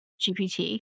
GPT